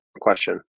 question